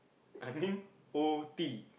I mean o_t